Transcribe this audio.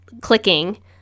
clicking